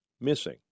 missing